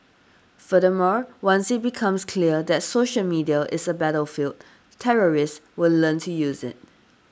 furthermore once it becomes clear that social media is a battlefield terrorists will learn to use it